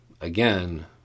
Again